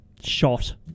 Shot